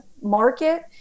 market